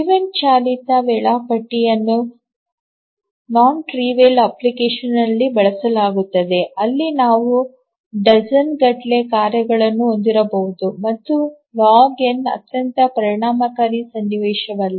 event ಚಾಲಿತ ವೇಳಾಪಟ್ಟಿಗಳನ್ನು ಕ್ಷುಲ್ಲಕವಲ್ಲದ ಅಪ್ಲಿಕೇಶನ್ಗಳಲ್ಲಿ ಬಳಸಲಾಗುತ್ತದೆ ಅಲ್ಲಿ ನಾವು ಡಜನ್ಗಟ್ಟಲೆ ಕಾರ್ಯಗಳನ್ನು ಹೊಂದಿರಬಹುದು ಮತ್ತು ಲಾಗ್ ಎನ್ log ಅತ್ಯಂತ ಪರಿಣಾಮಕಾರಿ ಸನ್ನಿವೇಶವಲ್ಲ